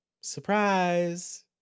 surprise